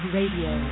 Radio